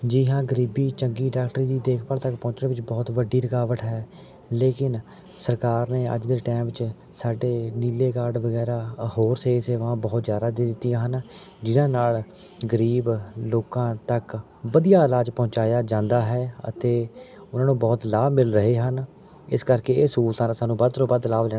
ਜੀ ਹਾਂ ਗਰੀਬੀ ਚੰਗੀ ਡਾਕਟਰ ਦੀ ਦੇਖਭਾਲ ਤੱਕ ਪਹੁੰਚਣ ਵਿੱਚ ਬਹੁਤ ਵੱਡੀ ਰੁਕਾਵਟ ਹੈ ਲੇਕਿਨ ਸਰਕਾਰ ਨੇ ਅੱਜ ਦੇ ਟਾਇਮ 'ਚ ਸਾਡੇ ਨੀਲੇ ਕਾਰਡ ਵਗੈਰਾ ਹੋਰ ਸਿਹਤ ਸੇਵਾਵਾਂ ਬਹੁਤ ਜ਼ਿਆਦਾ ਦੇ ਦਿੱਤੀਆਂ ਹਨ ਜਿਨ੍ਹਾਂ ਨਾਲ ਗਰੀਬ ਲੋਕਾਂ ਤੱਕ ਵਧੀਆ ਇਲਾਜ ਪਹੁੰਚਾਇਆ ਜਾਂਦਾ ਹੈ ਅਤੇ ਉਹਨਾਂ ਨੂੰ ਬਹੁਤ ਲਾਭ ਮਿਲ ਰਹੇ ਹਨ ਇਸ ਕਰਕੇ ਇਹ ਸਹੂਲਤਾਂ ਦਾ ਸਾਨੂੰ ਵੱਧ ਤੋਂ ਵੱਧ ਲਾਭ ਲੈਣਾ